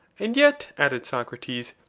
and yet, added socrates,